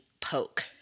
poke